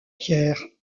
pierre